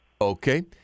Okay